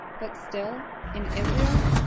but still, in israel,